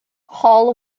hall